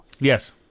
Yes